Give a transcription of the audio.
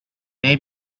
may